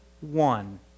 one